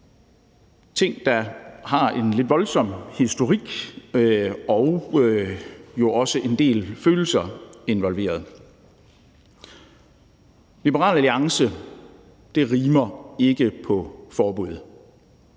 ting, der har en lidt voldsom historik og også involverer en del følelser. Liberal Alliance rimer ikke på forbud.